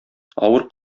авыр